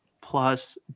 plus